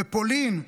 בפולין,